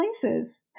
places